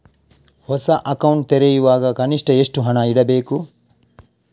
ಹೊಸ ಅಕೌಂಟ್ ತೆರೆಯುವಾಗ ಕನಿಷ್ಠ ಎಷ್ಟು ಹಣ ಇಡಬೇಕು?